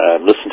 listen